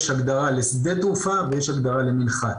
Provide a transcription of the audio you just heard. יש הגדרה לשדה תעופה ויש הגדרה למנחת.